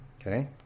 Okay